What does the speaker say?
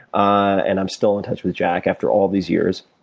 and i'm still in touch with jack after all these years.